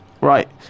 Right